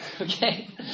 okay